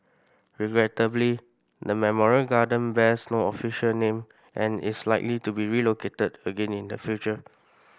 regrettably the memorial garden bears no official name and is likely to be relocated again in the future